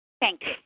Thanks